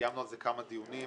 קיימנו על זה כמה דיונים.